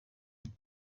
gito